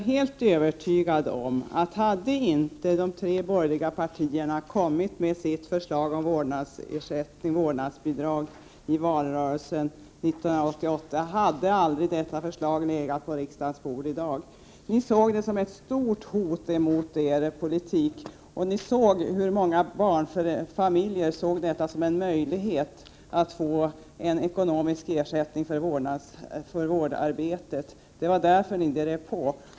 Herr talman! Om de tre borgerliga partierna inte kommit med sina förslag till vårdnadsersättning och vårdnadsbidrag i valrörelen 1988 är jag helt övertygad om att detta förslag aldrig legat på riksdagens bord i dag. Ni såg detta som ett stort hot mot er politik när ni fann hur många barnfamiljer som skulle få en möjlighet att få en ekonomisk ersättning för vårdnaden av barn. Det var därför som ni drev på frågan.